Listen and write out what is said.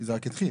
כי זה רק התחיל.